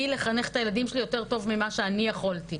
לחנך את הילדים שלי יותר טוב ממה שאני יכולתי,